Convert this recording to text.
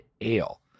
Ale